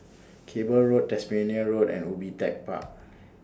Cable Road Tasmania Road and Ubi Tech Park